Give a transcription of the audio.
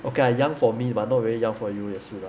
okay ah young for me but not really young for you 也是 lah